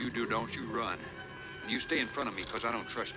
you don't you run you stay in front of me because i don't trust